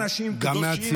אנשים קדושים אלה.